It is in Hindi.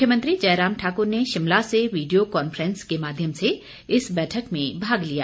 मुख्यमंत्री जयराम ठाकुर ने शिमला से वीडियो कॉन्फ्रेंस के माध्यम से इस बैठक में भाग लिया